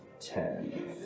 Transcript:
ten